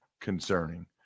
concerning